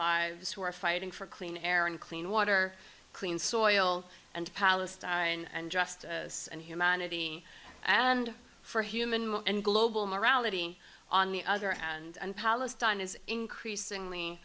lives who are fighting for clean air and clean water clean soil and palestine and just and humanity and for human and global morality on the other and palestine is increasingly